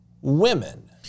women